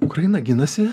ukraina ginasi